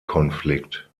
konflikt